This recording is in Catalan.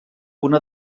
una